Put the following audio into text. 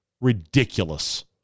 ridiculous